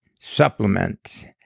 supplement